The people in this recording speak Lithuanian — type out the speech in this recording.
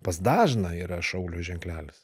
pas dažną yra šaulio ženklelis